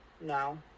no